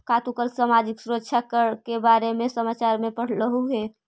का तू कल सामाजिक सुरक्षा कर के बारे में समाचार में पढ़लू हल